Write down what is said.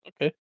Okay